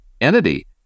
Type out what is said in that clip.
entity